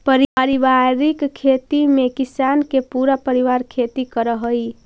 पारिवारिक खेती में किसान के पूरा परिवार खेती करऽ हइ